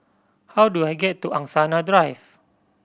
how do I get to Angsana Drive